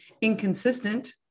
inconsistent